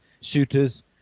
shooters